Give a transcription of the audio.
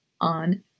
on